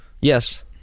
yes